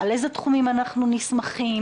על איזה תחומים אנחנו נסמכים?